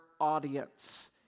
audience